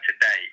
today